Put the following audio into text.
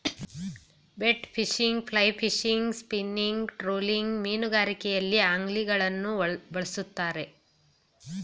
bait fishing, fly fishing, spinning, trolling ಮೀನುಗಾರಿಕೆಯಲ್ಲಿ ಅಂಗ್ಲಿಂಗ್ಗಳನ್ನು ಬಳ್ಸತ್ತರೆ